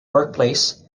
workplace